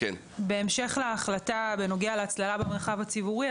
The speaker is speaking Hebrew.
בהמשך להחלטה בנוגע להצללה במרחב הציבורי,